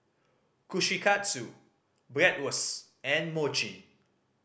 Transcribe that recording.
Kushikatsu Bratwurst and Mochi